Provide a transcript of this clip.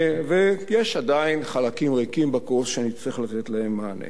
ויש עדיין חלקים ריקים בכוס שנצטרך לתת להם מענה.